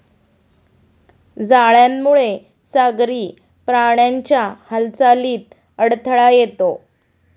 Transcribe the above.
जाळ्यामुळे सागरी प्राण्यांच्या हालचालीत अडथळा येतो